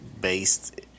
based